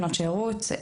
שנות שירות,